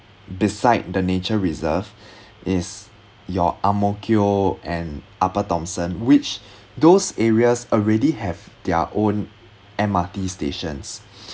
beside the nature reserve is your ang-mo-kio and upper thomson which those areas already have their own M_R_T stations